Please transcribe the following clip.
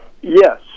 yes